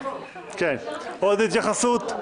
עוד התייחסות?